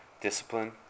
Discipline